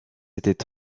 était